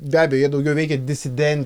be abejo jie daugiau veikė disiden